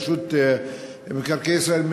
רשות מקרקעי ישראל,